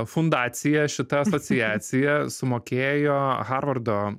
fundacija šita asociacija sumokėjo harvardo